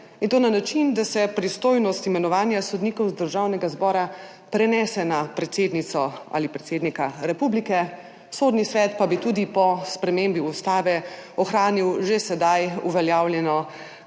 in to na način, da se pristojnost imenovanja sodnikov z Državnega zbora prenese na predsednico ali predsednika republike. Sodni svet pa bi tudi po spremembi ustave ohranil že sedaj uveljavljeno